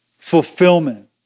Fulfillment